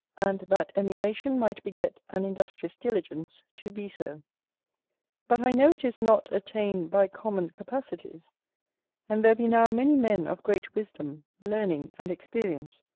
and that emulation might beget an industrious diligence to be so but i know it is not attainable by common capacities and there be now many men of great wisdom, learning, and experience,